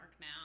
now